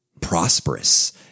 prosperous